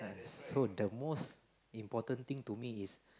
so the most important thing to me is